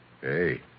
Hey